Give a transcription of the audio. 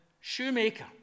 shoemaker